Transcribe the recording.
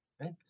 right